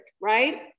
right